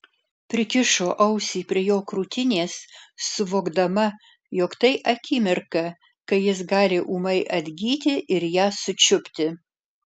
prikišo ausį prie jo krūtinės suvokdama jog tai akimirka kai jis gali ūmai atgyti ir ją sučiupti